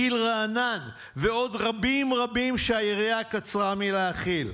גיל רענן ועוד רבים רבים שהיריעה קצרה מלהכיל,